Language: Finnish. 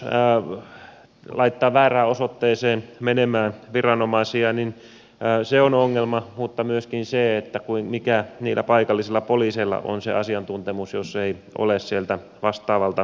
jos hätäkeskus laittaa väärään osoitteeseen menemään viranomaisia niin se on ongelma mutta myöskin se mietityttää mikä niillä paikallisilla poliiseilla on se asiantuntemus jos ei ole sieltä vastaavalta kulmalta kotoisin